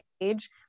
age